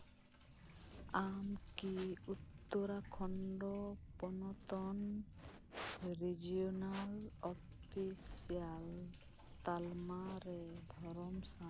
ᱟᱢ ᱠᱤ ᱩᱛᱛᱚᱨᱟᱠᱷᱚᱱᱰ ᱯᱚᱛᱛᱚᱱ ᱨᱮᱡᱤᱱᱟᱞ ᱚᱯᱷᱤᱥ ᱨᱮᱭᱟᱜ ᱛᱟᱞᱢᱟᱨᱮ